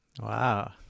Wow